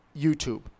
YouTube